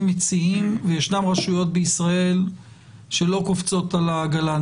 מציעים ויש רשויות בישראל שלא קופצות על העגלה.